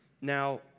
Now